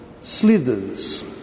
slithers